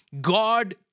God